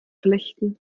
flechten